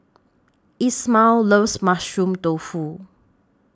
Ishmael loves Mushroom Tofu